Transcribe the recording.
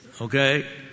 Okay